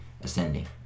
ascending